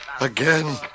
Again